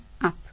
up